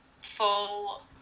full